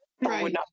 right